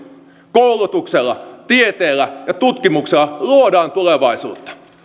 koulutuksella tieteellä ja tutkimuksella luodaan tulevaisuutta